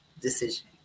decision